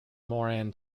moran